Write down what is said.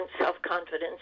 self-confidence